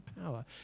power